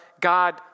God